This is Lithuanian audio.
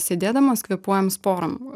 sėdėdamos kvėpuojam sporom